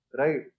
right